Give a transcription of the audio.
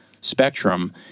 spectrum